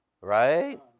Right